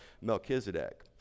Melchizedek